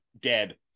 dead